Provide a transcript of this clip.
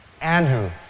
Andrew